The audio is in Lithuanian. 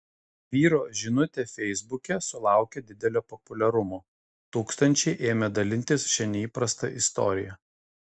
vyro žinutė feisbuke sulaukė didelio populiarumo tūkstančiai ėmė dalintis šia neįprasta istorija